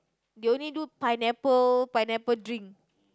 they only do pineapple pineapple drink